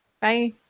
bye